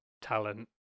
talent